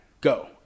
Go